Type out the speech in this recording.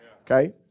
okay